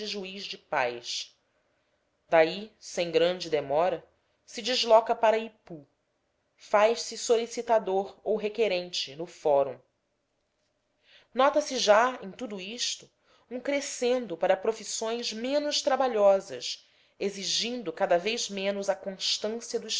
juiz de paz daí sem grande demora se desloca para ipu faz-se solicitador ou requerente no fórum nota-se já em tudo isto um crescendo para profissões menos trabalhosas exigindo cada vez menos a constância do